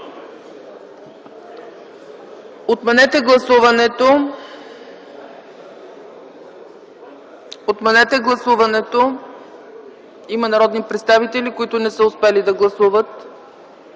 за гласуване!”.) Отменете гласуването! Има народни представители, които не са успели да гласуват.